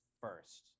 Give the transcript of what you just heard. first